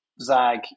zag